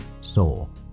Soul